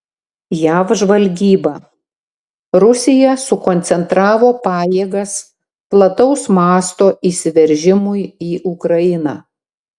jav žvalgyba rusija sukoncentravo pajėgas plataus mąsto įsiveržimui į ukrainą